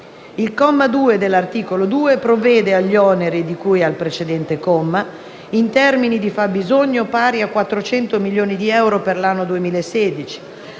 Il comma 2 dell'articolo 2 provvede agli oneri di cui al precedente comma, in termini di fabbisogno pari a 400 milioni di euro per l'anno 2016,